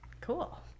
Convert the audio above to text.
Cool